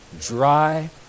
dry